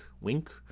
wink